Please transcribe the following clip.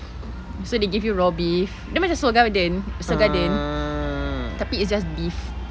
so they give you raw beef dia macam Seoul Garden Seoul Garden tapi it's just beef